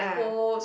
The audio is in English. ah